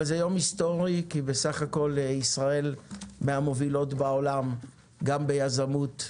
אבל זה יום היסטורי כי סך-הכול ישראל היא מהמובילות בעולם גם ביזמות,